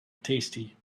tasty